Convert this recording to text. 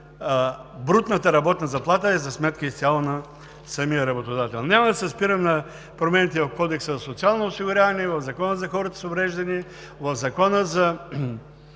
брутната работна заплата е за сметка изцяло на самия работодател. Няма да се спирам на промените в Кодекса за социално осигуряване и в Закона за хората с увреждания. В Закона за